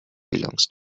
belongs